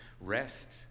rest